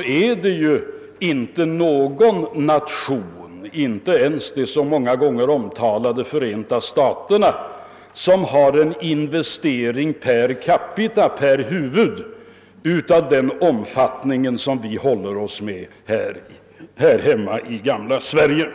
finns det inte någon nation, inte ens de så många gånger omtalade Förenta staterna, som per capita har en investering av den omfattning vi håller oss med här hemma i gamla Sverige.